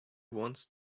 wants